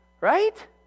Right